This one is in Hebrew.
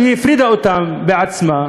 שהפרידה אותם בעצמה,